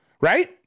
Right